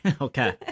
Okay